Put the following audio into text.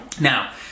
Now